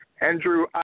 Andrew